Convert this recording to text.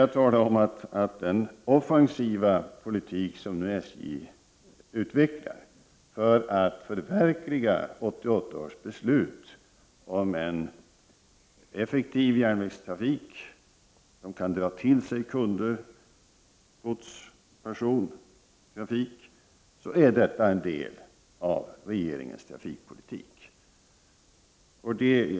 Jag talade vidare om att den offensiva politik som SJ nu utvecklar för att förverkliga 1988 års beslut om en effektiv järnvägstrafik som kan dra till sig kunder, godsoch persontrafik, är en del av regeringens trafikpolitik.